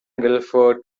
guilford